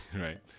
right